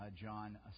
John